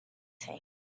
tank